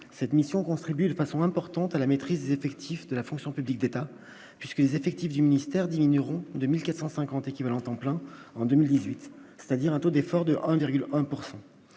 cette mission contribuer façon importante à la maîtrise des effectifs de la fonction publique d'État, puisque les effectifs du ministère diminueront de 1450 équivalents temps plein en 2018, c'est-à-dire un taux d'effort de 1,1